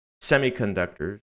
semiconductors